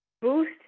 boost